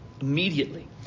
Immediately